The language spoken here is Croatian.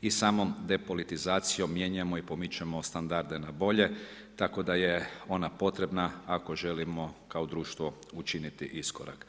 i samom depolitizacijom mijenjamo i pomičemo standarde na bolje, tako da je ona potrebna ako želimo kao društvo učiniti iskorak.